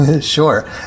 Sure